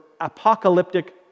apocalyptic